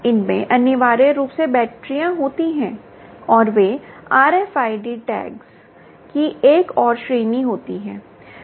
इनमें अनिवार्य रूप से बैटरियां होती हैं और वे RFID टैग्स की एक और श्रेणी होती हैं